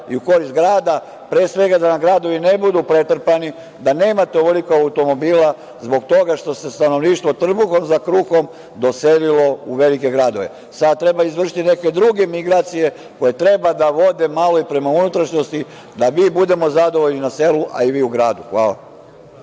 i u korist grada. Pre svega, da nam gradovi ne budu pretrpani, da nemate ovoliko automobila zbog toga što se stanovništvo trbuhom za kruhom doselilo u velike gradove. Sad treba izvršiti neke druge migracije koje treba da vode malo prema unutrašnjosti, da mi budemo zadovoljni na selu, a i vi u gradu. Hvala.